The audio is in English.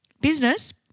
business